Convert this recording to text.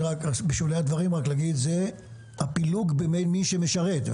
בשולי הדברים אני אומר שהפילוג בעיני מי שמשרת.